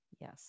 Yes